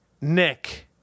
Nick